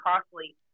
costly